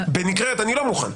בנגררת אני לא מוכן.